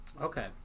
Okay